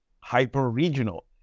hyper-regional